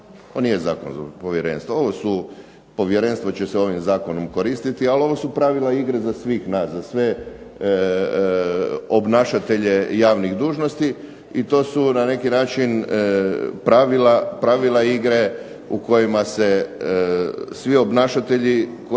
ovo nije zakon za povjerenstvo. Ovo su, povjerenstvo će se ovim zakonom koristiti, ali ovo su pravila igre za svih nas, za sve obnašatelje javnih dužnosti, i to su na neki način pravila igre u kojima se svi obnašatelji, kojih se